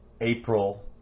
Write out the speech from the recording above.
April